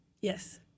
Yes